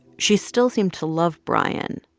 she still seemed to love brian,